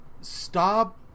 Stop